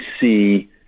see